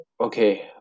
okay